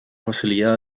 facilidad